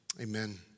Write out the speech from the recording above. amen